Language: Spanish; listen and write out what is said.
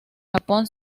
japón